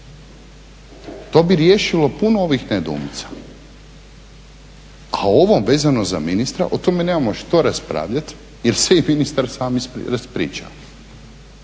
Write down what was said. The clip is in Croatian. To bi riješilo puno ovih nedoumica. A ovo vezano za ministra, o tome nemamo što raspravljati jer se i ministar i sam ispričao.